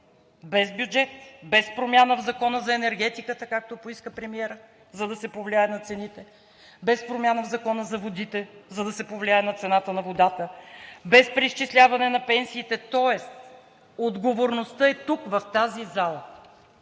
без бюджет, без промяна в Закона за енергетиката, както поиска премиерът, за да се повлияе на цените, без промяна в Закона за водите, за да се повлияе на цената на водата, без преизчисляване на пенсиите. Тоест отговорността е тук в тази зала.